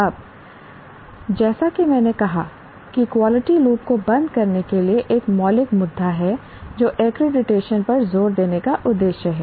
अब जैसा कि मैंने कहा कि क्वालिटी लूप को बंद करने के लिए एक मौलिक मुद्दा है जो एक्रीडिटेशन पर जोर देने का उद्देश्य है